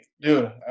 dude